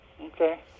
Okay